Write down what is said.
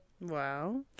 Wow